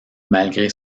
malgré